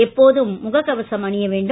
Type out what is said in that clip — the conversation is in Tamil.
எப்போதும் முகக் கவசம் அணிய வேண்டும்